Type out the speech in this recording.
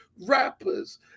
rappers